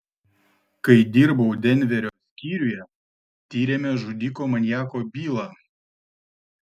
kai dirbau denverio skyriuje tyrėme žudiko maniako bylą